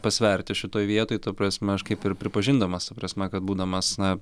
pasverti šitoj vietoj ta prasme aš kaip ir pripažindamas ta prasme kad būdamas na